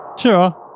Sure